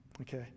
Okay